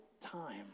time